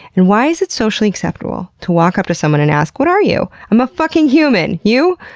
and why is it socially acceptable to walk up to someone and ask, what are you? i'm a fucking human! you?